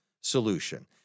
solution